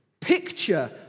picture